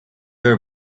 were